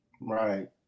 right